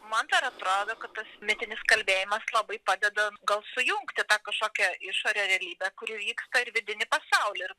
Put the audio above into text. man dar atrodo kad tas mitinis kalbėjimas labai padeda gal sujungti tą kažkokią išorę realybę kuri vyksta ir vidinį pasaulį ir